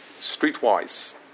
streetwise